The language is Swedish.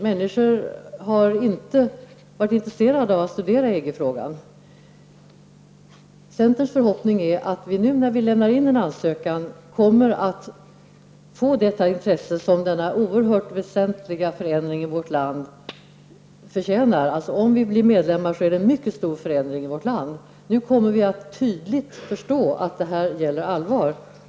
Människor har inte varit intresserade av att studera EG-frågan. Vi i centern hoppas emellertid, i och med att en ansökan lämnas in, att det intresse skall uppstå som en sådan här oerhört väsentlig förändring i vårt land förtjänar -- om Sverige blir medlem i EG, är ju det en mycket stor förändring i vårt land. Vi kommer att tydligt förstå att det är allvar.